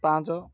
ପାଞ୍ଚ